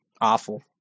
awful